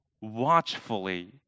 watchfully